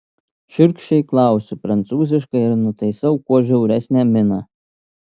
šiurkščiai klausiu prancūziškai ir nutaisau kuo žiauresnę miną